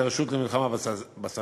הרשות למלחמה בסמים,